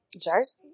jersey